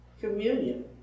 communion